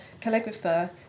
calligrapher